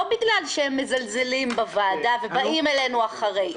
לא בגלל שהם מזלזלים בוועדה ובאים אלינו אחרי,